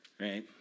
Right